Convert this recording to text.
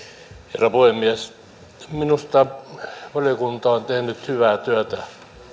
herra puhemies minusta valiokunta on tehnyt hyvää työtä